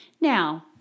Now